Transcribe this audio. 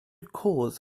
corps